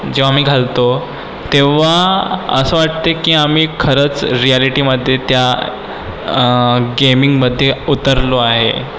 जेव्हा मी घालतो तेव्हा असं वाटते की आम्ही खरंच रियालिटीमध्ये त्या गेमिंगमध्ये उतरलो आहे